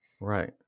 Right